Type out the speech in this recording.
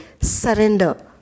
surrender